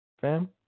fam